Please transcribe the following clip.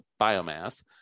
biomass